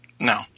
No